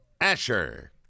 Asher